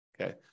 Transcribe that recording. Okay